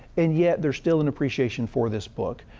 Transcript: and yet there's still an appreciation for this book.